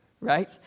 right